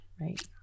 Right